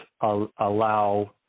allow